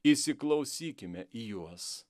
įsiklausykime į juos